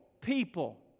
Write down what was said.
People